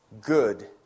good